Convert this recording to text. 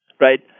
right